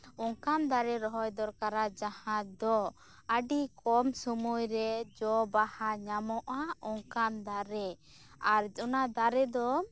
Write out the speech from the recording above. ᱚᱱᱠᱟᱱ ᱫᱟᱨᱮ ᱨᱚᱦᱚᱭ ᱫᱚᱨᱠᱟᱨᱟ ᱡᱟᱦᱟᱸ ᱫᱚ ᱟᱹᱰᱤ ᱠᱚᱢ ᱥᱩᱢᱚᱭ ᱨᱮ ᱡᱚ ᱵᱟᱦᱟ ᱧᱟᱢᱚᱜ ᱟ ᱚᱱᱠᱟᱱ ᱫᱟᱨᱮ ᱟᱨ ᱚᱱᱟ ᱫᱟᱨᱮ ᱫᱚ